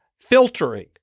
filtering